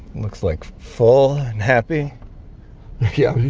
looks, like, full and happy yeah,